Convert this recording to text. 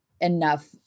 enough